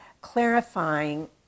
clarifying